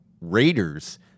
Raiders